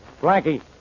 Blanky